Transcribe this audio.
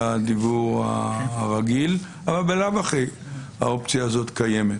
הדיוור הרגיל אבל בלאו-הכי האופציה הזאת קיימת.